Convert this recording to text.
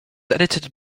edited